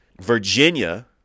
Virginia